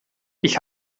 ich